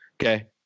Okay